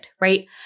right